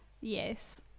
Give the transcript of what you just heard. Yes